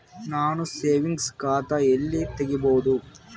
ನಾನು ಸೇವಿಂಗ್ಸ್ ಖಾತಾ ಎಲ್ಲಿ ತಗಿಬೋದು?